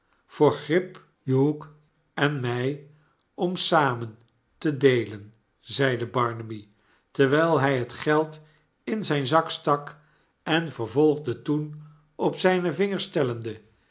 voor grip hugh en mij om samen te deelen zeide barnaby terwijl hij het geld in zijn zak stak en vervolgde toen op zijne vingers tellende